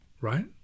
right